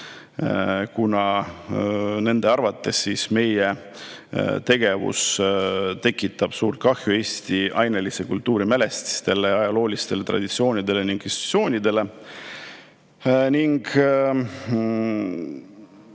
kuna nende arvates meie tegevus tekitab suurt kahju Eesti ainelistele kultuurimälestistele, ajaloolistele traditsioonidele ja institutsioonidele.